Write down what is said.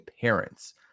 parents